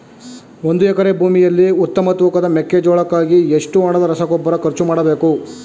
ಒಂದು ಎಕರೆ ಭೂಮಿಯಲ್ಲಿ ಉತ್ತಮ ತೂಕದ ಮೆಕ್ಕೆಜೋಳಕ್ಕಾಗಿ ಎಷ್ಟು ಹಣದ ರಸಗೊಬ್ಬರ ಖರ್ಚು ಮಾಡಬೇಕು?